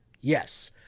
yes